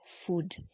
food